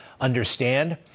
understand